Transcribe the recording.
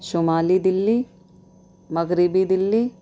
شمالی دلی مغربی دلی